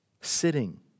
Sitting